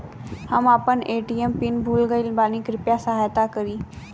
हम आपन ATM pin भूल गईल बानी कृपया सहायता करी